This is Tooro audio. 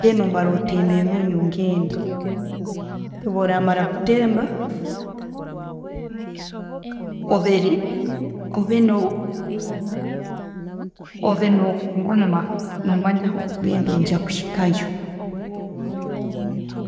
Then omara otemba enyonji ogenda, bworamara kutemba, obe no kuguma no'manya holi okugenda nogyakwikayo.